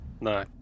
No